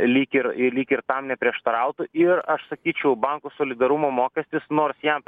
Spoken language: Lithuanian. lyg ir ir lyg ir tam neprieštarautų ir aš sakyčiau bankų solidarumo mokestis nors jam